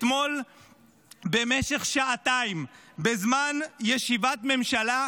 אתמול במשך שעתיים, בזמן ישיבת ממשלה,